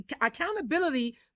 accountability